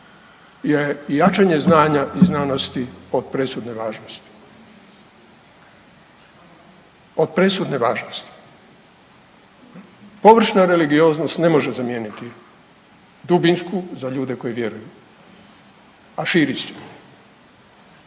je jačanje znanja i znanosti od presudne važnosti. Od presudne važnosti. Površna religioznost ne može zamijeniti dubinsku za ljude koji vjeruju, a širi su.